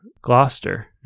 Gloucester